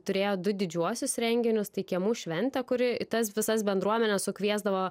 turėjo du didžiuosius renginius tai kiemų šventę kuri į tas visas bendruomenes sukviesdavo